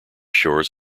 shores